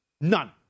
None